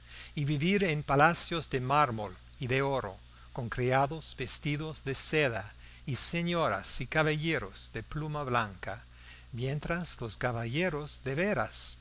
y vivir en palacios de mármol y de oro con criados vestidos de seda y señoras y caballeros de pluma blanca mientras los caballeros de veras